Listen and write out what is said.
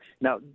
Now